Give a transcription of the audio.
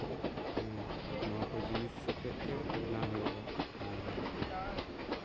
ᱢᱟᱱᱮ ᱱᱚᱣᱟ ᱠᱚ ᱡᱤᱱᱤᱥ ᱟᱛᱮᱜ ᱜᱮ ᱵᱮᱱᱟᱣ ᱦᱩᱭᱩᱜᱼᱟ ᱟᱨ